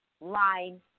line